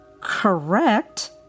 correct